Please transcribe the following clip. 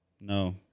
No